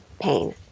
pain